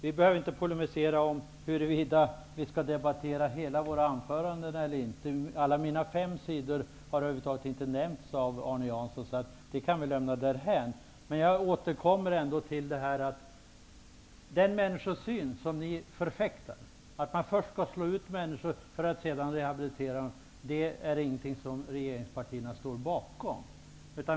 Vi behöver inte polemisera om huruvida vi skall debattera hela våra anföranden eller inte. Mitt långa anförande har inte nämnts av Arne Jansson, så det kan vi lämna därhän. Jag återkommer i stället till den människosyn som ni förfäktar, att man först skall slå ut människor och sedan rehabilitera dem. Detta står inte regeringspartierna bakom.